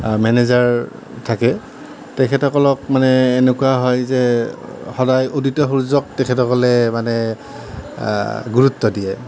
manager থাকে তেখেতসকলক মানে এনেকুৱা হয় যে সদায় উদিত সূৰ্যক তেখেতসকলে মানে গুৰুত্ব দিয়ে